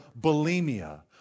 bulimia